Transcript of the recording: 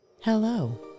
Hello